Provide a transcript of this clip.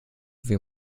wir